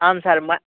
आं सर् म्